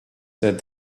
said